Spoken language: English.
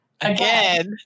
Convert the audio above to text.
Again